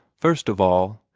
first of all,